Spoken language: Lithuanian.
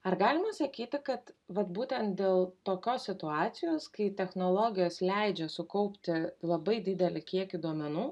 ar galima sakyti kad vat būtent dėl tokios situacijos kai technologijos leidžia sukaupti labai didelį kiekį duomenų